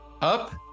up